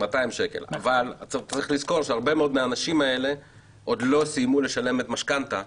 200 שקל אבל צריך לזכור שהרבה מהאנשים האלה עוד לא סיימו לשלם משכנתה,